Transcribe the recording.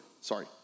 sorry